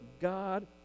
god